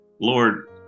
Lord